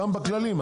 גם בכללים,